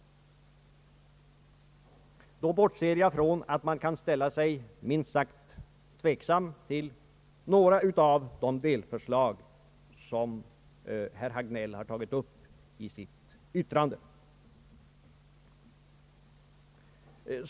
Då bortser jag från att man kan ställa sig tveksam till några av de delförslag som herr Hagnell gjort i sitt ytirande.